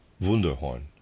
Wunderhorn